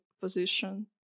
position